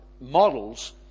models